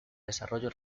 desarrollo